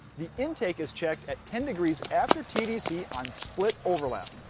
the intake is checked at ten degrees after t d c on split overlap.